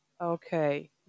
okay